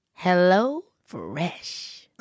HelloFresh